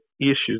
issues